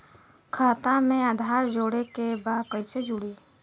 खाता में आधार जोड़े के बा कैसे जुड़ी?